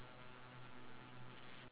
okay true